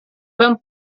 van